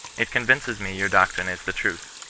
it convinces me your doctrine is the truth.